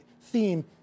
theme